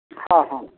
ହଁ ହଁ